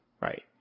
Right